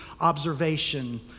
observation